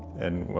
and, well,